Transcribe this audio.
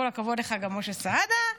כל הכבוד לך, משה סעדה,